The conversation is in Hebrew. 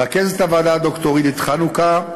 לרכזת הוועדה ד"ר עידית חנוכה,